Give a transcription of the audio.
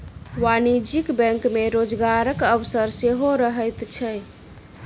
वाणिज्यिक बैंक मे रोजगारक अवसर सेहो रहैत छै